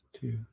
Two